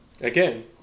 again